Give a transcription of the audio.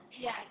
Yes